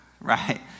right